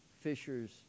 fishers